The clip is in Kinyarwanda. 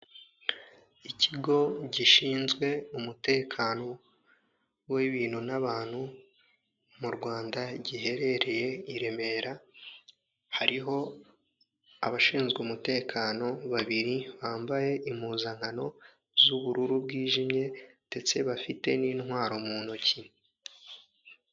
Ikigo gishinzwe umutekano w'ibintu n'abantu mu Rwanda giherereye i Remera hariho abashinzwe umutekano babiri bambaye impuzankano z'ubururu bwijimye ndetse bafite n'intwaro mu ntoki.